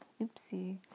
Oopsie